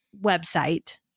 website